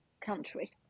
country